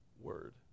word